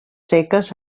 seques